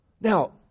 Now